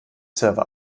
server